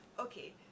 Okay